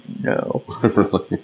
no